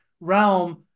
realm